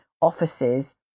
offices